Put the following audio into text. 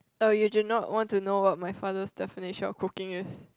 oh you do not want to know what my father's definition of cooking is